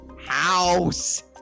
House